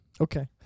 Okay